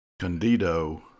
Candido